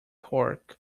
torque